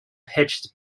pitched